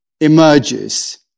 emerges